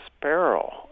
Sparrow